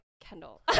Kendall